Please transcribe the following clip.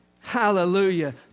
Hallelujah